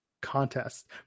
contest